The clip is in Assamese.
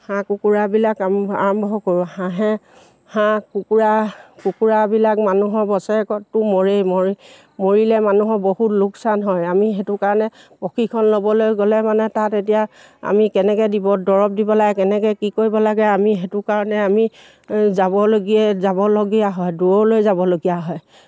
হাঁহ কুকুৰাবিলাক আম আৰম্ভ কৰোঁ হাঁহে হাঁহ কুকুৰা কুকুৰাবিলাক মানুহৰ বছৰেকততো মৰেই মৰি মৰিলে মানুহৰ বহুত লোকচান হয় আমি সেইটো কাৰণে প্ৰশিক্ষণ ল'বলৈ গ'লে মানে তাত এতিয়া আমি কেনেকৈ দিব দৰৱ দিব লাগে কেনেকৈ কি কৰিব লাগে আমি সেইটো কাৰণে আমি যাবলগীয়া যাবলগীয়া হয় দূৰলৈ যাবলগীয়া হয়